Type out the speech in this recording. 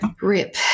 Rip